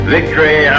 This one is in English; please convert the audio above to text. Victory